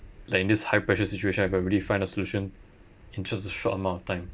like in this high pressure situation I got to really find a solution in just a short amount of time